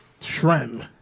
Shrem